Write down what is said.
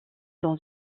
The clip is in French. dans